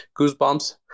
goosebumps